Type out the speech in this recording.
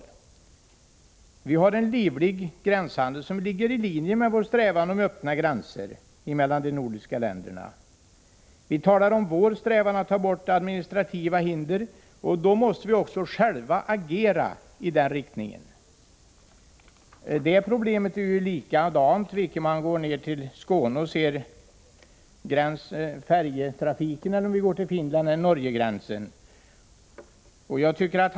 Det förekommer en livlig gränshandel, vilket är i linje med vår strävan efter öppna gränser mellan de nordiska länderna. Vi talar om vår strävan att ta bort administrativa hinder. Då måste vi också själva agera i den riktningen. Detta problem är likadant vare sig det gäller färjetrafiken till Danmark och Finland eller trafiken över Norgegränsen.